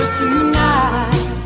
tonight